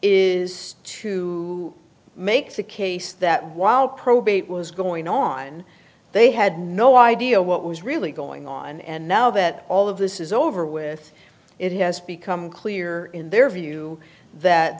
is to make the case that while probate was going on they had no idea what was really going on and now that all of this is over with it has become clear in their view that